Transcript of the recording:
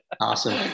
Awesome